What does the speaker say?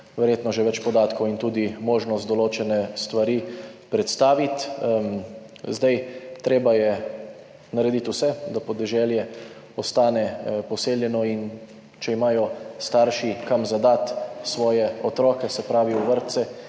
verjetno že več podatkov in tudi možnost predstaviti določene stvari. Treba je narediti vse, da podeželje ostane poseljeno in če imajo starši kam za dati svoje otroke, se pravi v vrtce